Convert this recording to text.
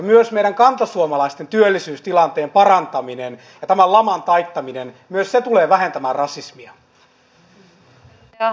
myös meidän kantasuomalaisten työllisyystilanteen parantaminen ja tämän laman taittaminen tulevat vähentämään rasismia